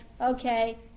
okay